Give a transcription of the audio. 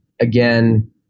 again